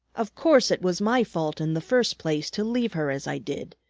of course, it was my fault in the first place to leave her as i did.